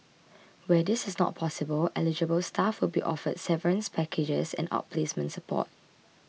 well this is not possible eligible staff will be offered severance packages and outplacement support